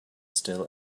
still